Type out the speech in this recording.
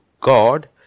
God